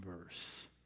verse